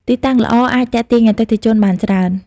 ទីតាំងល្អអាចទាក់ទាញអតិថិជនបានច្រើន។